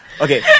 Okay